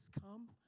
come